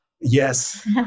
yes